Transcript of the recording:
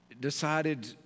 decided